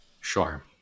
Sure